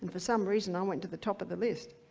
for some reason i went to the top of the list.